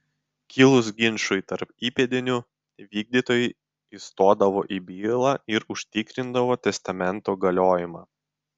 kilus ginčui tarp įpėdinių vykdytojai įstodavo į bylą ir užtikrindavo testamento galiojimą